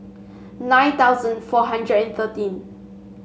nine thousand four hundred and thirteen